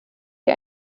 die